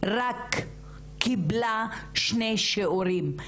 קיבלה רק שני שיעורים.